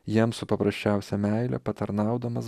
jiems su paprasčiausia meile patarnaudamas